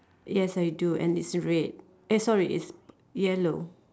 yes I do and it's red eh sorry it's yellow